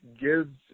gives